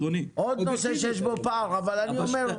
אבל אני אומר,